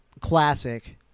classic